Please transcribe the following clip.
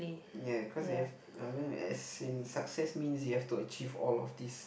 ya cause they have I mean as in success means you have to achieve all of this